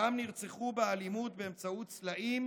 ושם נרצחו באלימות באמצעות סלעים